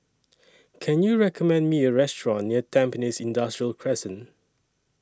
Can YOU recommend Me A Restaurant near Tampines Industrial Crescent